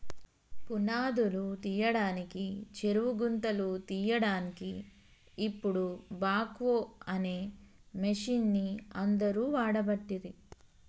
పునాదురు తీయడానికి చెరువు గుంతలు తీయడాన్కి ఇపుడు బాక్వో అనే మిషిన్ని అందరు వాడబట్టిరి